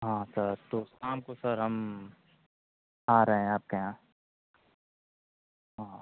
हाँ सर तो शाम को सर हम आ रहे हैं आपके यहाँ हाँ